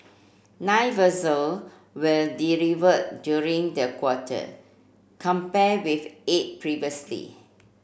nine vessel were delivered during the quarter compared with eight previously